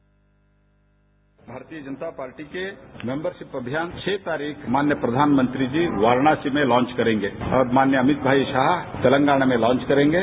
bite Bharatiya Janata party के membership अभियान के छह तारीख माननीय प्रधानमंत्री जी वाराणसी में लॉन्च करेंगे और माननीय अमित भाई शाह तेलंगाना में लॉन्च करेंगे